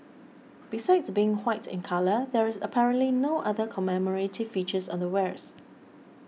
besides being white in colour there is apparently no other commemorative features on the wares